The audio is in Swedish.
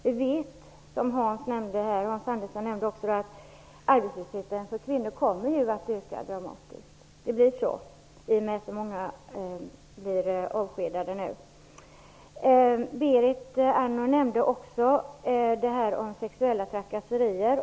Vi vet, som Hans Andersson nämnde, att arbetslösheten för kvinnor kommer att öka dramatiskt. Det blir så. Berit Andnor nämnde också de sexuella trakasserierna.